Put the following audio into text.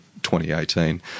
2018